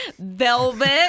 velvet